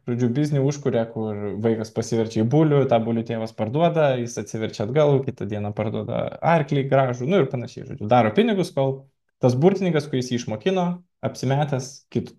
žodžiu biznį užkuria kur vaikas pasiverčia į bulių tą bulių tėvas parduoda jis atsiverčia atgal kitą dieną parduoda arklį gražų nu ir panašiai žodžiu daro pinigus kol tas burtininkas kuris jį išmokino apsimetęs kitu